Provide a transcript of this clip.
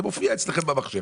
זה מופיע אצלכם במחשב.